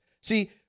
See